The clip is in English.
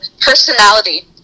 personality